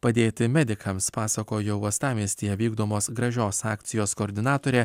padėti medikams pasakojo uostamiestyje vykdomos gražios akcijos koordinatorė